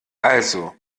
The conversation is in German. also